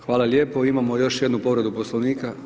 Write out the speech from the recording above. Hvala lijepo, imamo još jednu povredu Poslovnika?